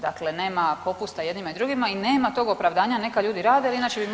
Dakle nema popusta jednima i drugima i nema tog opravdanja neka ljudi rade jer inače bi mogli